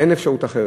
אין אפשרות אחרת.